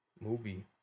movie